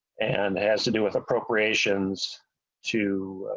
and has to do with appropriations to.